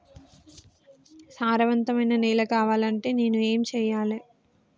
సారవంతమైన నేల కావాలంటే నేను ఏం చెయ్యాలే?